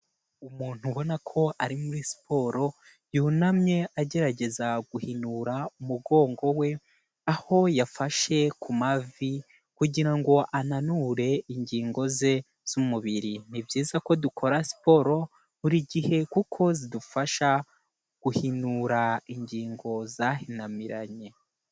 Umuntu ubona ko ari muri siporo yunamye agerageza guhinura umugongo we aho yafashe ku mavi kugira ngo ananure ingingo ze z'umubiri. Ni byiza ko dukora siporo buri gihe kuko zidufasha guhinura ingingo zahinamiranye.